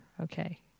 Okay